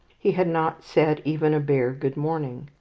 he had not said even a bare good morning.